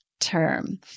term